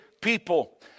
people